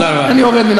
תודה רבה.